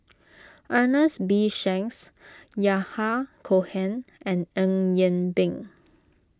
Ernest B Shanks Yahya Cohen and Eng Yee Peng